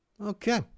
Okay